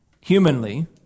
Humanly